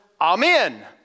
Amen